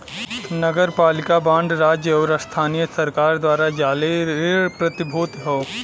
नगरपालिका बांड राज्य आउर स्थानीय सरकार द्वारा जारी ऋण प्रतिभूति हौ